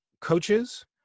coaches